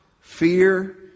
fear